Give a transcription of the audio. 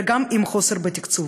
אלא גם עם חוסר בתקצוב.